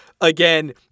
again